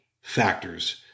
factors